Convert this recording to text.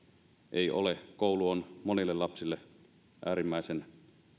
ei ole koulu on monille lapsille äärimmäisen